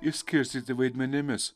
išskirstyti vaidmenimis